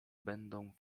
będą